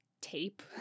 tape